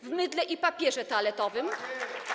w mydle i papierze toaletowym?